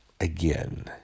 again